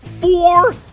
four